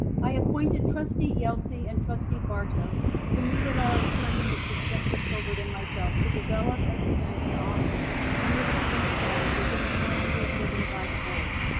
i appointed trustee yelsey and trustee barto to meet with our attorney mr. spencer colbert and myself to develop and present an offer to mr. lee-sung within the parameters given by the board.